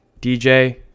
DJ